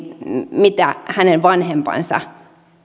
mitä hänen vanhempansa